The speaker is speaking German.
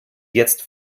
jetzt